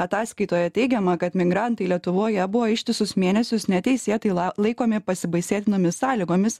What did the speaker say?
ataskaitoje teigiama kad migrantai lietuvoje buvo ištisus mėnesius neteisėtai laikomi pasibaisėtinomis sąlygomis